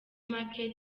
market